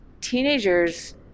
teenagers